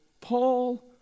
Paul